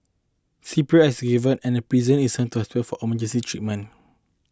C P R is given and prison is sent to hospital for emergency treatment